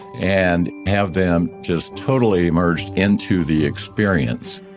and have them just totally emerged into the experience.